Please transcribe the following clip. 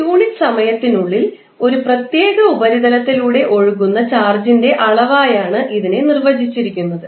ഒരു യൂണിറ്റ് സമയത്തിനുള്ളിൽ ഒരു പ്രത്യേക ഉപരിതലത്തിലൂടെ ഒഴുകുന്ന ചാർജിന്റെ അളവായാണ് ഇതിനെ നിർവചിച്ചിരിക്കുന്നത്